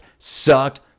Sucked